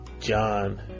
John